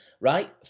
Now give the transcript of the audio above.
right